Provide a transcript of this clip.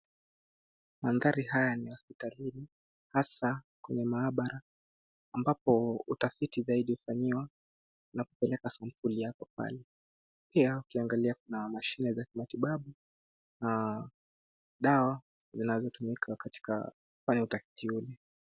Mandhari haya ni ya hospitalini hasa kwenye maabara ambapo utafiti zaidi hufanyiwa unapopeleka sampuli yako pale. Pia ukiangalia kuna mashine za kimatibabu na dawa zinazotumika katika kufanya utafiti huu.